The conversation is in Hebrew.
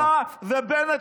אתה ובנט,